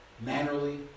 mannerly